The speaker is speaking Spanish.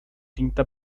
tinta